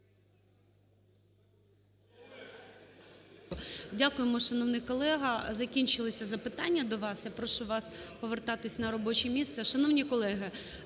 Дякуємо, шановний колего. Закінчилися запитання до вас. Я прошу вас повертатися на робоче місце. Шановні колеги,